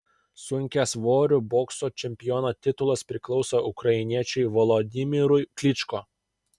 sunkiasvorių bokso čempiono titulas priklauso ukrainiečiui volodymyrui klyčko